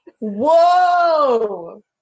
Whoa